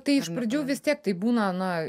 tai iš pradžių vis tiek tai būna na